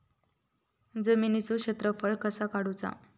जमिनीचो क्षेत्रफळ कसा काढुचा?